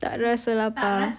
tak rasa lapar